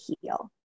heal